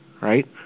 right